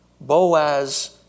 Boaz